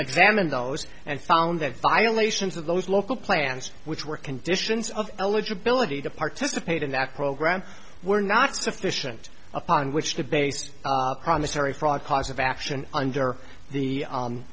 examined those and found that violations of those local plans which were conditions of eligibility to participate in that program were not sufficient upon which to base promissary fraud cause of action under the u